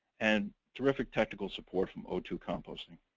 and terrific technical support from o two composting.